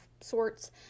sorts